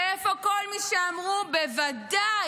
איפה כל מי שאמרו: בוודאי,